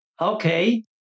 Okay